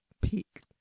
Peak